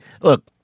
look